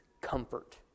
comfort